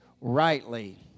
rightly